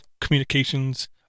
Communications